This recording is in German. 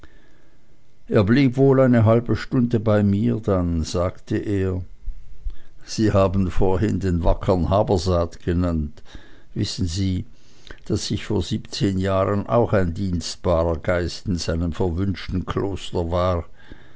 er blieb wohl eine halbe stunde bei mir dann sagte er sie haben vorhin den wackern habersaat genannt wissen sie daß ich vor siebzehn jahren auch ein dienstbarer geist in seinem verwünschten kloster war